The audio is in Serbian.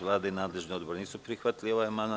Vlada i nadležni odbor nisu prihvatili ovaj amandman.